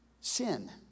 sin